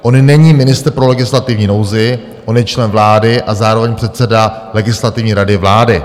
On není ministr pro legislativní nouzi, on je člen vlády a zároveň předseda Legislativní rady vlády.